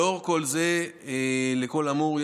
לאור כל זה וכל האמור,